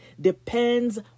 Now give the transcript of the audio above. depends